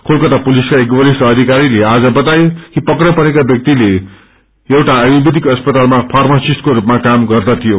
कोलकाता पुलिसका एक वरिष्ठ अधिकारीले आज बताए कि पका परो ब्यलि एउटा आयुर्वेरिक अस्पतालमा फ्र्मासिस्टको रूपमा क्रम गर्दथ्यो